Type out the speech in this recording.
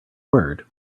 word